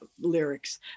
lyrics